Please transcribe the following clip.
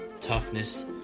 Toughness